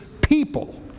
people